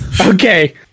Okay